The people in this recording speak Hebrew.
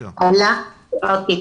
להלן התרגום החופשי) בוקר טוב,